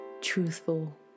truthful